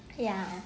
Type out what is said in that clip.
ya